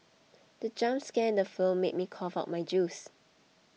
the jump scare in the film made me cough out my juice